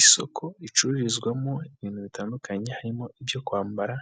Isoko ricururizwamo ibintu bitandukanye harimo ibyo kwambara